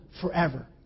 forever